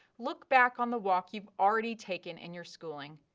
look back on the walk you've already taken in your schooling,